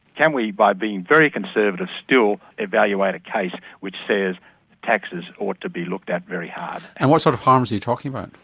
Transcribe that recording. can we, by being very conservative still evaluate a case which says taxes ought to be looked at very hard? and what sort of harms are you talking about?